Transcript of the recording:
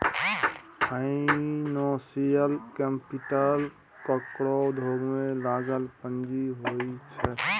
financial capital केकरो उद्योग में लागल पूँजी होइ छै